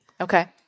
Okay